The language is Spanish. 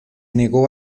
negó